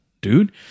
dude